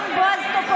אם לא,